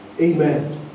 Amen